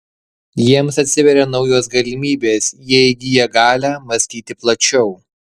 jiems atsiveria naujos galimybės jie įgyja galią mąstyti plačiau